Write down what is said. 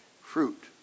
fruit